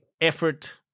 effort